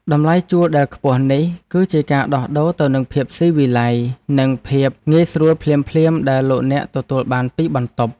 តម្លៃជួលដែលខ្ពស់នេះគឺជាការដោះដូរទៅនឹងភាពស៊ីវិល័យនិងភាពងាយស្រួលភ្លាមៗដែលលោកអ្នកទទួលបានពីបន្ទប់។